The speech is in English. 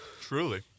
truly